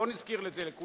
בואו נזכיר את זה לכולנו,